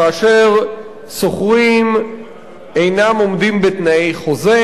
כאשר שוכרים אינם עומדים בתנאי חוזה.